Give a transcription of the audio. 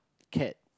cat